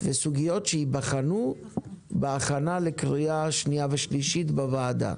לפרוטוקול לסוגיות שייבחנו בהכנה לקריאה שנייה ושלישית בוועדה.